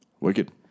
Wicked